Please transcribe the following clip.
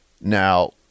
Now